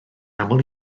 aml